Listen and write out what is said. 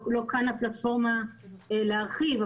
לא כאן הפלטפורמה להרחיב.